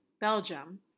Belgium